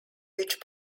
which